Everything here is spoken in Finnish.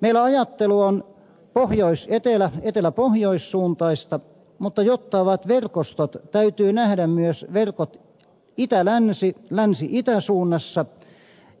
meillä ajattelu on pohjoisetelä eteläpohjoissuuntaista mutta jotta on verkostot täytyy nähdä myös verkot itälänsi länsiitä suunnassa